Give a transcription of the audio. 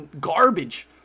garbage